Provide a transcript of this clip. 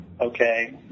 okay